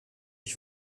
ich